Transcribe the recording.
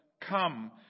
come